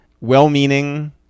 well-meaning